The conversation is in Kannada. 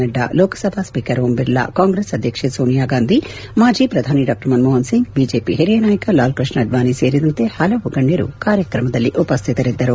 ನಡ್ಡಾ ಲೋಕಸಭಾ ಸ್ವೀಕರ್ ಓಂಬಿರ್ಲಾ ಕಾಂಗ್ರೆಸ್ ಅಧ್ಯಕ್ಷೆ ಸೋನಿಯಾ ಗಾಂಧಿ ಮಾಜಿ ಪ್ರಧಾನಿ ಡಾ ಮನಮೋಪನ್ ಸಿಂಗ್ ಬಿಜೆಪಿ ಹಿರಿಯ ನಾಯಕ ಲಾಲ್ ಕೃಷ್ಣ ಆಡ್ವಾಣಿ ಸೇರಿದಂತೆ ಪಲವು ಗಣ್ಯರು ಕಾರ್ಯಕ್ರಮದಲ್ಲಿ ಉಪಸ್ಥಿತರಿದ್ದರು